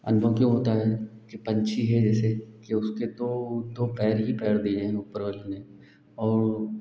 अनुभव क्या होता है जो पक्षी है जैसे तो उसके तो दो पैर ही पैर ही है पैर ही है और